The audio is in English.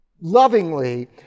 lovingly